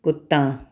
ਕੁੱਤਾ